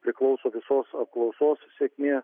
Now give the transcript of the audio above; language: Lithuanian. priklauso visos apklausos sėkmė